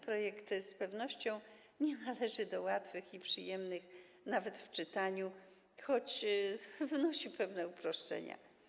Projekt z pewnością nie należy do łatwych i przyjemnych, nawet w czytaniu, choć wnosi pewne uproszczenia.